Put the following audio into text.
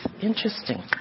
Interesting